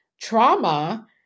trauma